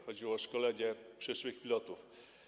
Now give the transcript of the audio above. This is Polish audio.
Chodziło o szkolenie przyszłych pilotów.